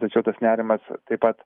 tačiau tas nerimas taip pat